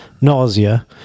Nausea